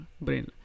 brain